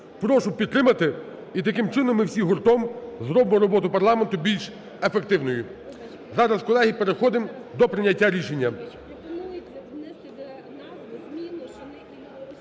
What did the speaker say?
Прошу підтримати. І таким чином ми всі гуртом зробимо роботу парламенту більш ефективною. Зараз, колеги, переходимо до прийняття рішення.